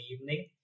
evening